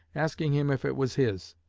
asking him if it was his.